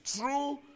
true